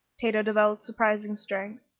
tato developed surprising strength.